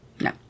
No